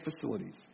facilities